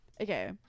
Okay